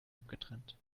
abgetrennt